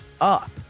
up